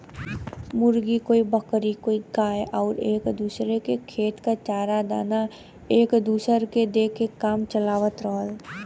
मुर्गी, कोई बकरी कोई गाय आउर एक दूसर के खेत क चारा दाना एक दूसर के दे के काम चलावत रहल